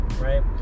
right